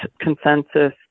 consensus